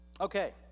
Okay